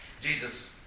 Jesus